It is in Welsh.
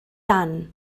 dan